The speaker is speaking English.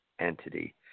entity